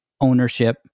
ownership